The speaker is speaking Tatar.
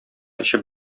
эчеп